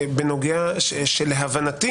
כשלהבנתי